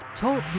talk